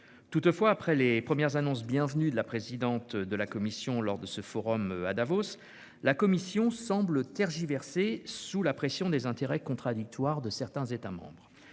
Toutefois, après les premières annonces, bienvenues, de la présidente de la Commission lors du forum de Davos, la Commission semble tergiverser, sous la pression des intérêts contradictoires de certains États membres.